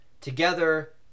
together